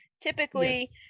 Typically